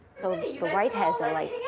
so, the but whiteheads are like,